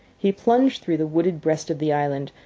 he plunged through the wooded breast of the island,